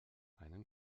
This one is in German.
einen